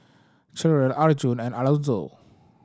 Cherelle Arjun and Alonzo